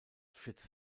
fitz